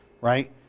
right